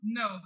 no